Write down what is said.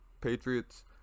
Patriots